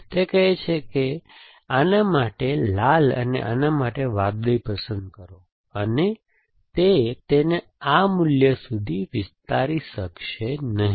તે કહેશે કે તમે આના માટે લાલ અને આના માટે વાદળી પસંદ કરો છો અને તે તેને આ મૂલ્ય સુધી વિસ્તારી શકશે નહીં